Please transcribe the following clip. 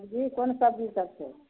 जी कोन सबजी सब छै